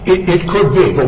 it could be but